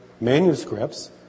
manuscripts